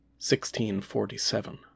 1647